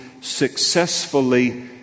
successfully